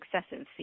successive